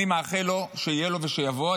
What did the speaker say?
אני מאחל לו שיהיה לו ושיבוא.